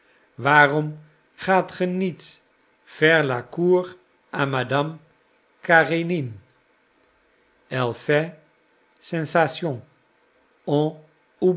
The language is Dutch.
waarom gaat ge niet faire la cour à madame